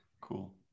Cool